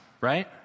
right